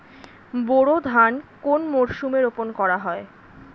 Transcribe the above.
বোরো ধান কোন মরশুমে রোপণ করা হয়?